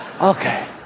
Okay